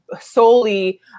solely